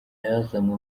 yazanywe